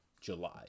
July